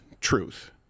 truth